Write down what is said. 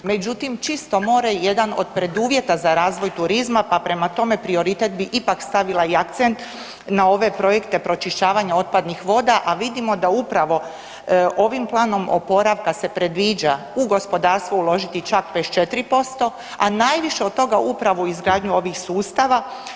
Međutim, čisto more je jedan od preduvjeta za razvoj turizma pa prema tome prioritet bi ipak stavila i akcent na ove projekte pročišćavanja otpadnih voda, a vidimo da upravo ovim planom oporavka se predviđa u gospodarstvo uložili čak 54%, a najviše od toga upravo u izgradnju ovih sustava.